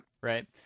Right